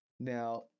now